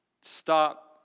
stop